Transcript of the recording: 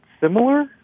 similar